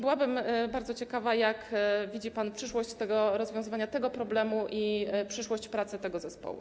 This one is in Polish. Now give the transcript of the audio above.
Byłabym bardzo ciekawa, jak widzi pan przyszłość rozwiązywania tego problemu i przyszłość pracy tego zespołu.